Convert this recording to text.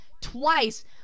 twice